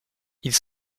ils